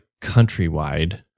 Countrywide